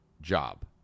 job